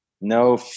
no